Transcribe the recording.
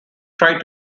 tried